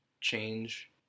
change